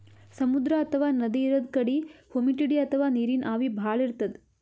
ಸಮುದ್ರ ಅಥವಾ ನದಿ ಇರದ್ ಕಡಿ ಹುಮಿಡಿಟಿ ಅಥವಾ ನೀರಿನ್ ಆವಿ ಭಾಳ್ ಇರ್ತದ್